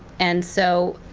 and so,